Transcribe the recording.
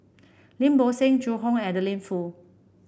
Lim Bo Seng Zhu Hong and Adeline Foo